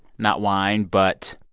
not wine but.